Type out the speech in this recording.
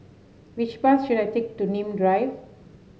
which bus should I take to Nim Drive